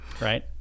right